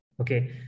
okay